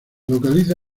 localiza